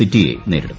സിറ്റിയെ നേരിടും